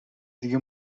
دیگه